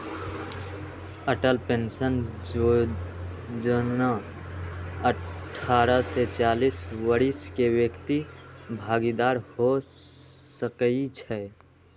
Atal pension जोजना अठारह से चालीस वरिस के व्यक्ति भागीदार हो सकइ छै